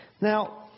Now